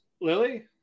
Lily